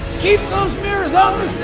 keep those mirrors on